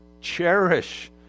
cherish